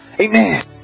Amen